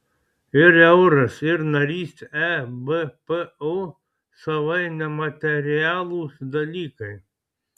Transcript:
ir euras ir narystė ebpo savaip nematerialūs dalykai